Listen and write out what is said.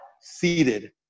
seated